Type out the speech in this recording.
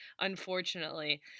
unfortunately